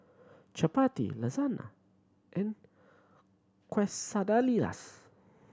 Chapati Lasagna and Quesadillas